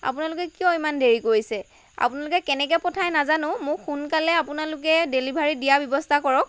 আপোনালোকে কিয় ইমান দেৰি কৰিছে আপোনালোকে কেনেকৈ পঠায় নাজানো মোক সোনকালে আপোনালোকে ডেলিভাৰী দিয়াৰ ব্যৱস্থা কৰক